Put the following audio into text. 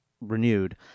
renewed